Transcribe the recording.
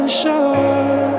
sure